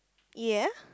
ya